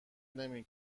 نمی